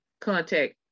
contact